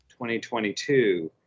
2022